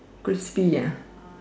crispy ya